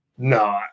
No